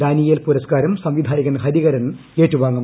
Daniel പുരസ്കാരം സംവിധായകൻ ഹരിഹരൻ ഏറ്റുവാങ്ങും